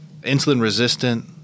insulin-resistant